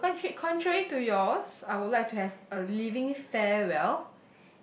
oh contra~ contrary to yours I would like to have a leaving farewell